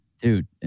Dude